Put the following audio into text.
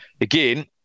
Again